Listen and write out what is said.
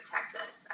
Texas